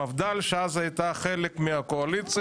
מפד"ל שהייתה אז חלק מהקואליציה,